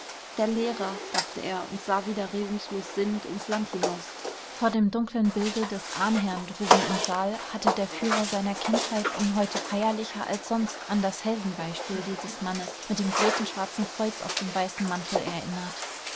der lehrer dachte er und sah wieder regungslos sinnend ins land hinaus vor dem dunklen bilde des ahnherrn droben im saal hatte der führer seiner kindheit ihn heute feierlicher als sonst an das heldenbeispiel dieses mannes mit dem großen schwarzen kreuz auf dem weißen mantel erinnert